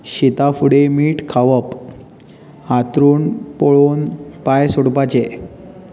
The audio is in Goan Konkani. शिता फुडें मीठ खावप हांतरूण पळोवन पांय सोडपाचे